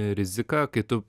rizika kai tu